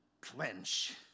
clench